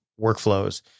workflows